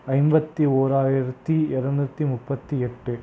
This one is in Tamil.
ஐம்பத்தி ஓராயிரத்தி இரநூற்றி முப்பத்தி எட்டு